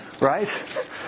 right